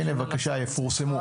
הינה, בבקשה, הם יפורסמו.